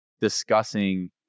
discussing